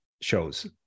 shows